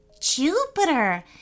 Jupiter